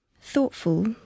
Thoughtful